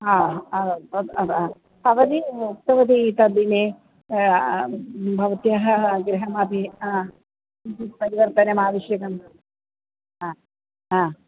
हा भवती उक्तवती तद्दिने भवत्याः गृहे अपि किञ्चित् परिवर्तनम् आवश्यकम् आ हा